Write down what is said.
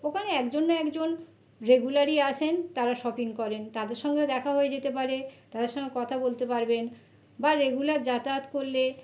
ওখানে একজন না একজন রেগুলারই আসেন তারা শপিং করেন তাদের সঙ্গেও দেখা হয়ে যেতে পারে তাদের সঙ্গে কথা বলতে পারবেন বা রেগুলার যাতায়াত করলে